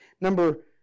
Number